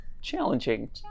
challenging